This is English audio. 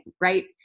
right